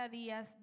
días